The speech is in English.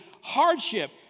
hardship